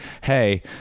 hey